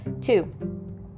Two